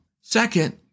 Second